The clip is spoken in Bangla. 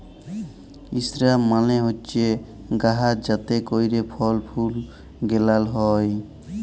ইসরাব মালে হছে গাহাচ যাতে ক্যইরে ফল ফুল গেলাল হ্যয়